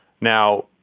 Now